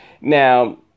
Now